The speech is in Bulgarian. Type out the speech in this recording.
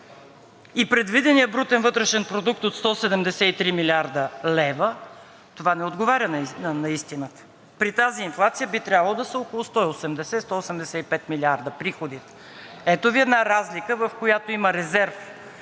и предвидения брутен вътрешен продукт от 173 млрд. лв. това не отговаря на истината. При тази инфлация би трябвало да са около 180 – 185 милиарда приходи. Ето Ви една разлика, в която има резерв